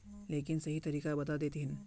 लेकिन सही तरीका बता देतहिन?